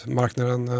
marknaden